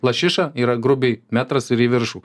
lašiša yra grubiai metras ir į viršų